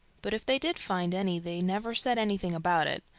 but if they did find any they never said anything about it,